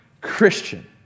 Christian